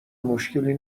مشکلی